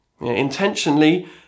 intentionally